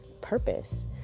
purpose